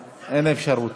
סליחה, אין אפשרות.